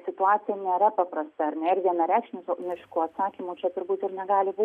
situacija nėra paprasta ar ne ir vienareikšmiško atsakymo čia turbūt ir negali būti